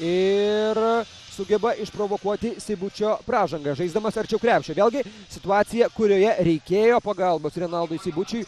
ir sugeba išprovokuoti seibučio pražangą žaisdamas arčiau krepšio vėlgi situacija kurioje reikėjo pagalbos renaldui seibučiui